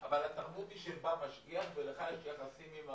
אבל התרבות היא שבא משגיח ולך יש יחסים עם המשגיח,